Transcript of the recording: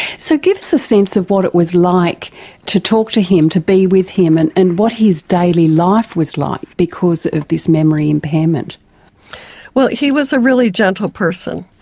so give us a sense of what it was like to talk to him, to be with him and and what his daily life was like because of this memory impairment. well, he was a really gentle person.